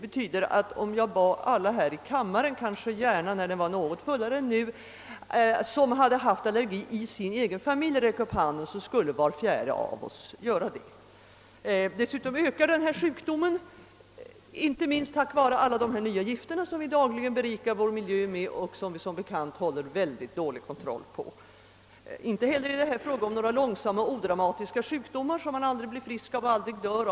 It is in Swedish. Om jag bad alla här i kammaren som haft allergi i sina egna familjer att räcka upp en hand, kanske när kammaren är mera fylld än nu, skulle var fjärde göra detta. Dessutom blir den här sjukdomen allt vanligare, inte minst på grund av alla nya gifter som vi dagligen berikar vår miljö med och som vi, som bekant, kontrollerar mycket dåligt. Inte heller gäller det här några långsamma, odramatiska sjukdomar, av vilka man aldrig blir frisk och aldrig dör.